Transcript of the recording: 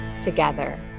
together